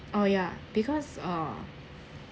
oh yeah because uh